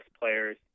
players